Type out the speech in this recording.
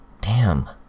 Damn